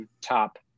top